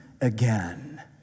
again